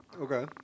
Okay